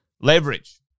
Leverage